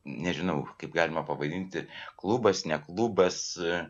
nežinau kaip galima pavadinti klubas ne klubas